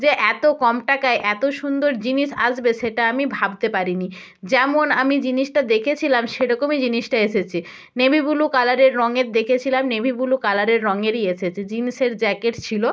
যে এত কম টাকায় এত সুন্দর জিনিস আসবে সেটা আমি ভাবতে পারিনি যেমন আমি জিনিসটা দেখেছিলাম সেরকমই জিনিসটা এসেছে নেভি ব্লু কালারের রঙের দেখেছিলাম নেভি ব্লু কালারের রঙেরই এসেছে জিন্সের জ্যাকেট ছিল